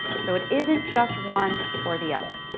so it isn't just one or the other.